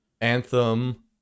Anthem